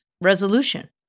resolution